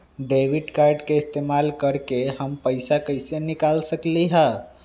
Debit card के इस्तेमाल करके हम पैईसा कईसे निकाल सकलि ह?